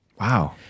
Wow